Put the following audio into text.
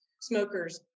smokers